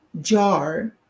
jar